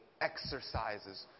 exercises